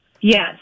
Yes